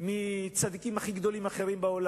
מהצדיקים הכי גדולים בעולם,